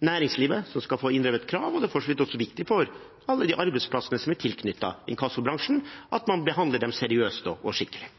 næringslivet, som skal få inndrevet krav. Det er for så vidt også viktig for alle de arbeidsplassene som er tilknyttet inkassobransjen, at man behandler dette seriøst og skikkelig.